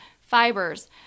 fibers